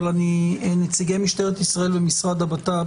אבל נציגי משטרת ישראל ומשרד הבט"פ